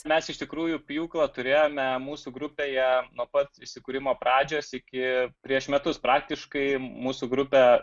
mes iš tikrųjų pjūklą turėjome mūsų grupėje nuo pat įsikūrimo pradžios iki prieš metus praktiškai mūsų grupę